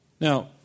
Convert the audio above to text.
Now